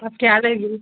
आप क्या लेंगी